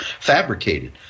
fabricated